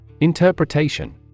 Interpretation